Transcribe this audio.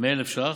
מ-1,000 שקלים.